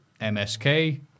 MSK